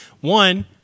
one